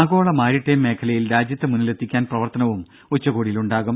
ആഗോള മാരിടൈം മേഖലയിൽ രാജ്യത്തെ മുന്നിലെത്തിക്കാൻ പ്രവർത്തനവും ഉച്ചകോടിയിൽ ഉണ്ടാകും